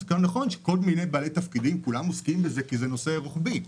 נכון שיש כל מיני בעלי תפקידים שעוסקים בזה כי זה נושא רוחבי,